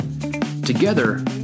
Together